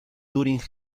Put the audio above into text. turing